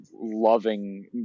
loving